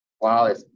Wow